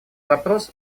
вопрос